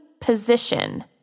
position